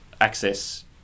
access